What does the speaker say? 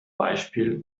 beispiel